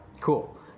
Cool